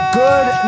good